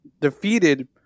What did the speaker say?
defeated